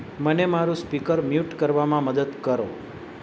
મને મારું speaker mute કરવામાં મદદ કરો